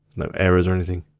no errors or anything.